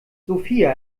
sofia